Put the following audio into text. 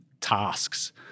tasks